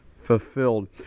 fulfilled